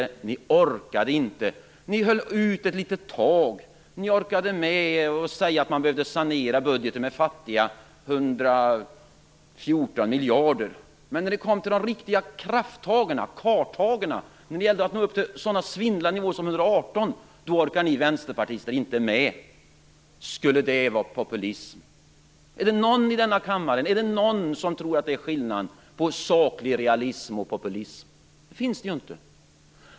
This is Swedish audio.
Ni höll ut ett tag. Ni orkade säga att man behövde sanera budgeten med fattiga 114 miljarder, men när det kom till de riktiga krafttagen, karlatagen, att nå upp till sådana svindlande nivåer som 118 miljarder, orkade ni vänsterpartister inte med. Skulle det vara populism? Är det någon i denna kammare som tror att det är skillnaden mellan saklig realism och populism? Det är det inte.